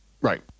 Right